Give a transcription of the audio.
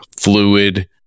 fluid